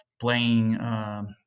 playing